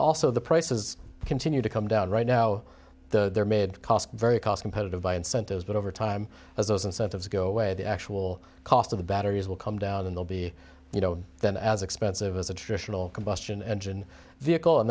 also the prices continue to come down right now they're made cost very cost imperative by incentives but over time as those incentives go away the actual cost of the batteries will come down and they'll be you know then as expensive as a traditional combustion engine vehicle and